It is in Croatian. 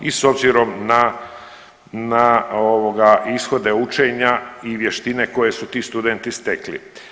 I s obzirom na, na ovoga ishode učenja i vještine koje su ti studenti stekli.